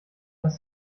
das